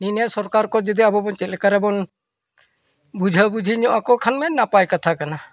ᱱᱤᱭᱟᱹ ᱥᱚᱨᱠᱟᱨ ᱠᱚ ᱡᱩᱫᱤ ᱟᱵᱚ ᱵᱚᱱ ᱪᱮᱫ ᱞᱮᱠᱟ ᱨᱮᱵᱚᱱ ᱵᱩᱡᱷᱟᱹᱣ ᱵᱩᱡᱷᱤ ᱧᱚᱜ ᱟᱠᱚ ᱠᱷᱟᱱ ᱢᱟ ᱱᱟᱯᱟᱭ ᱠᱟᱛᱷᱟ ᱠᱟᱱᱟ